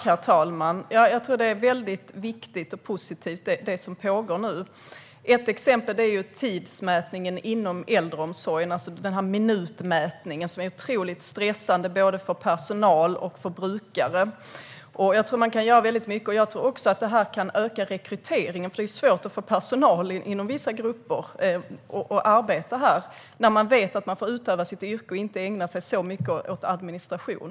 Herr talman! Jag tror att det som pågår nu är väldigt viktigt och positivt. Ett exempel är minutmätningen inom äldreomsorgen, som är otroligt stressande både för personal och för brukare. Jag tror att man kan göra väldigt mycket här för att öka rekryteringen, för det är ju svårt att få personal inom vissa yrkesgrupper att arbeta där. De behöver veta att de får utöva sitt yrke och inte ägna sig så mycket åt administration.